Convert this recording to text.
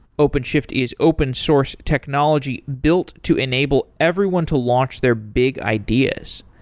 openshift is open source technology built to enable everyone to launch their big ideas.